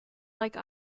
like